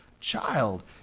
child